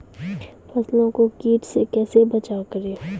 फसलों को कीट से कैसे बचाव करें?